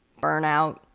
burnout